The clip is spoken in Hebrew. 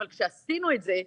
אבל כשעשינו את זה,